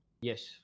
Yes